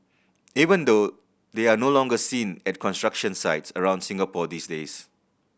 even though they are no longer seen at construction sites around Singapore these days